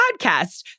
podcast